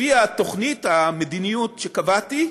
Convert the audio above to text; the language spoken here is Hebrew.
לפי תוכנית המדיניות שקבעתי,